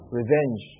revenge